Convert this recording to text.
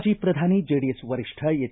ಮಾಜಿ ಪ್ರಧಾನಿ ಜೆಡಿಎಸ್ ವರಿಷ್ಠ ಎಚ್